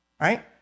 right